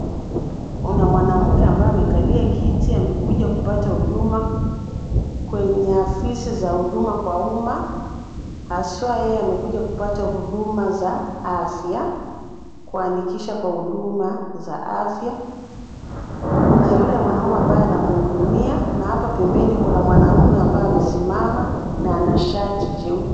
Kuna mwanamke ambaye amekalia kiti amekuja kupata huduma kwenye afisi za huduma kwa umma haswa yeye amekuja kupata huduma za afya, kuandikisha kwa huduma za afya. Kuna yule mwanamume ambaye anamhudumia na hapa pembeni kuna mwanamume ambaye amesimama na ana shati jeupe.